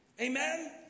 Amen